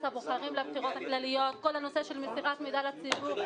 הבוחרים לבחירות הכלליות ומסירת מידע לציבור,